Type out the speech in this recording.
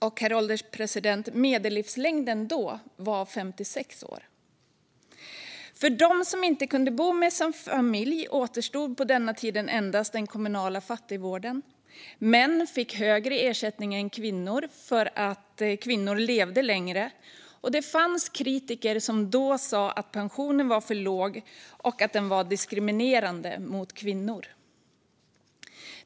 Och, herr ålderspresident, medellivslängden var då 56 år. För dem som inte kunde bo med sin familj återstod på denna tid endast den kommunala fattigvården. Män fick högre ersättning än kvinnor eftersom kvinnor levde längre. Det fanns kritiker som sa att pensionen var för låg och att den var diskriminerande gentemot kvinnor.